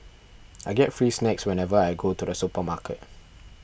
I get free snacks whenever I go to the supermarket